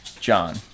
John